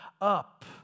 up